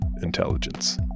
intelligence